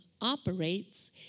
operates